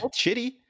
shitty